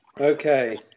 Okay